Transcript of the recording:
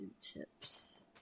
tips